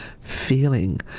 feeling